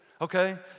okay